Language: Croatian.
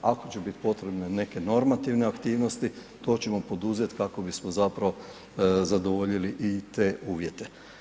Ako će biti potrebne neke normativne aktivnosti, to ćemo poduzeti kako bismo zapravo zadovoljili i te uvjete.